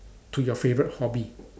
to your favorite hobby